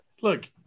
Look